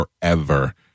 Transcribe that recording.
forever